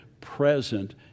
present